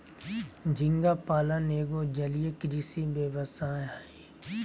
झींगा पालन एगो जलीय कृषि व्यवसाय हय